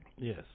yes